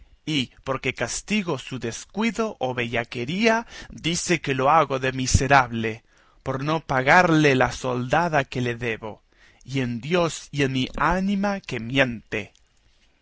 y porque castigo su descuido o bellaquería dice que lo hago de miserable por no pagalle la soldada que le debo y en dios y en mi ánima que miente